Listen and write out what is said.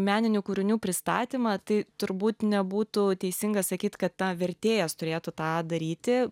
meninių kūrinių pristatymą tai turbūt nebūtų teisinga sakyt kad tą vertėjas turėtų tą daryti